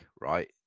right